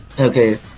Okay